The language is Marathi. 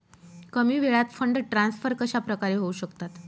कमी वेळात फंड ट्रान्सफर कशाप्रकारे होऊ शकतात?